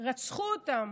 רצחו אותם.